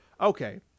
Okay